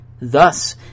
Thus